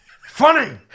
funny